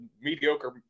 mediocre